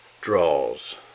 draws